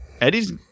Eddie's